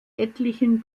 etlichen